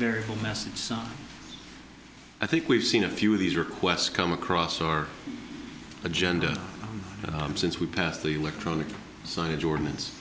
variable message so i think we've seen a few of these requests come across or agenda since we passed the electronic so it's ordinance